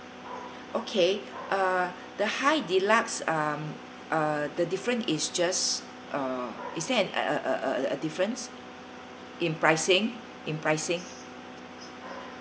okay uh the high deluxe um uh the difference is just uh is that a a a a a a difference in pricing in pricing